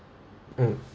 mm